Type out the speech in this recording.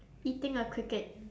eating a cricket